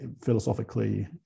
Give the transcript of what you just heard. philosophically